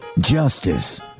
justice